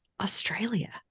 Australia